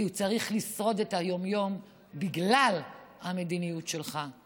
כי הוא צריך לשרוד את היום-יום בגלל המדיניות שלך.